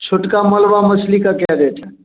छुटका मलबा मछली का क्या रेट है